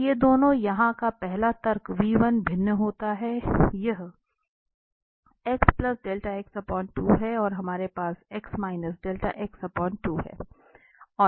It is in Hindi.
तो ये दोनों यहाँ का पहला तर्क भिन्न होता है यह है और हमारे पास है